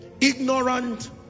Ignorant